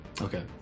Okay